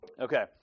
Okay